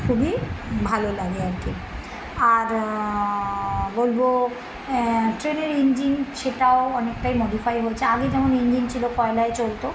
খুবই ভালো লাগে আর কি আর বলব ট্রেনের ইঞ্জিন সেটাও অনেকটাই মডিফাই হয়েছে আগে যেমন ইঞ্জিন ছিল কয়লায় চলত